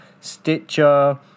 Stitcher